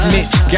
Mitch